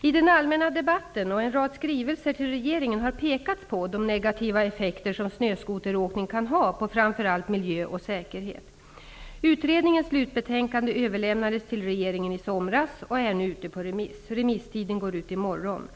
I den allmänna debatten och i en rad skrivelser till regeringen har pekats på de negativa effekter som snöskoteråkning kan ha på framför allt miljö och säkerhet. Utredningens slutbetänkande överlämnades till regeringen i somras och är nu ute på remiss. Remisstiden går ut i morgon.